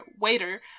waiter